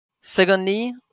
Secondly